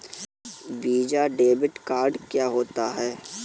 Visa debit card क्या होता है?